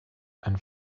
and